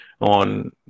on